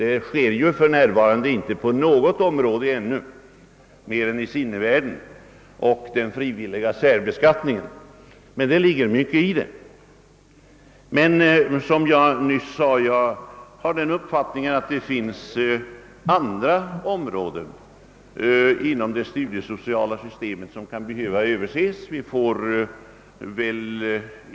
Så sker dock ännu inte — annat än i sinnevärlden och beträffande den frivilliga särbeskattningen. Som jag nyss sade finns det andra områden av det studiesociala systemet som kan behöva överses.